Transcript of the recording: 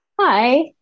Hi